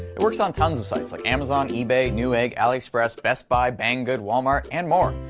it works on tons of sites like amazon, ebay, newegg, aliexpress, best buy, banggood, walmart, and more.